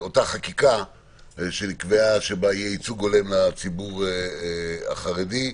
החקיקה שקבעה שיהיה ייצוג הולם לציבור החרדי,